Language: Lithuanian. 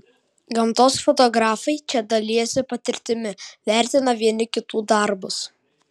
gamtos fotografai čia dalijasi patirtimi vertina vieni kitų darbus